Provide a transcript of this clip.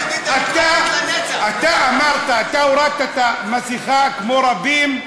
אתה אמרת, אתה הורדת את המסכה, כמו רבים,